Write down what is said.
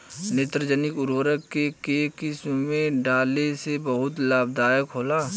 नेत्रजनीय उर्वरक के केय किस्त में डाले से बहुत लाभदायक होला?